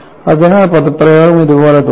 അതിനാൽ പദപ്രയോഗം ഇതുപോലെ തോന്നുന്നു